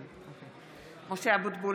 (קוראת בשמות חברי הכנסת) משה אבוטבול,